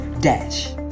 Dash